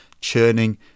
churning